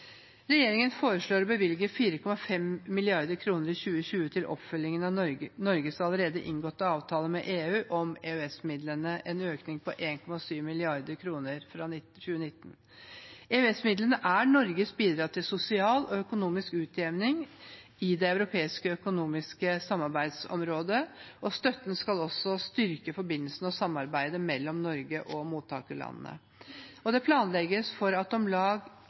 Regjeringen foreslår å bevilge 4,5 mrd. kr i 2020 til oppfølgingen av Norges allerede inngåtte avtale med EU om EØS-midlene, en økning på 1,7 mrd. kr fra 2019. EØS-midlene er Norges bidrag til sosial og økonomisk utjevning i det europeiske økonomiske samarbeidsområdet, og støtten skal også styrke forbindelsen og samarbeidet mellom Norge og mottakerlandene. Det planlegges for at om lag